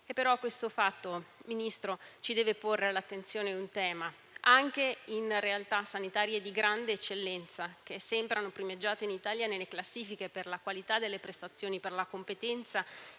Ministro, questo fatto deve porre alla nostra attenzione un tema: anche in realtà sanitarie di grande eccellenza, che sembrano primeggiare in Italia nelle classifiche per la qualità delle prestazioni, per la competenza